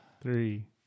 three